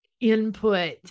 input